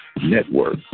Network